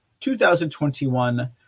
2021